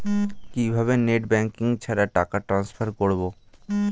কিভাবে net banking ছাড়া টাকা টান্সফার করব?